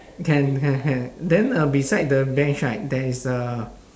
can can can then uh beside the bench right there is a